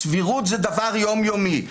הסבירות היא דבר יום-יומי.